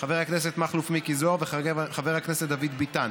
חבר הכנסת מכלוף מיקי זוהר וחבר הכנסת דוד ביטן,